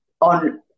on